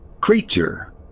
creature